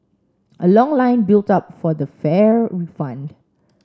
a long line built up for the fare refund